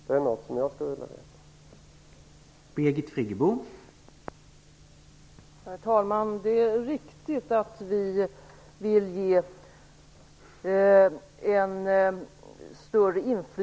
Det är något som jag skulle vilja veta.